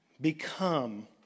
become